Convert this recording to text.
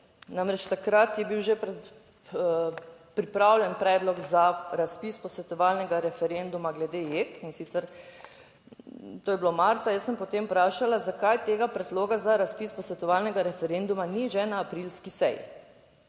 Namreč takrat je bil že pripravljen predlog za razpis posvetovalnega referenduma glede JEK in sicer to je bilo marca. Jaz sem potem vprašala, zakaj tega predloga za razpis posvetovalnega referenduma ni že na aprilski seji